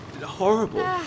horrible